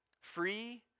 Free